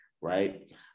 right